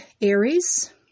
Aries